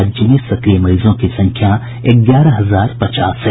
राज्य में सक्रिय मरीजों की संख्या ग्यारह हजार पचास है